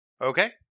Okay